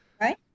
right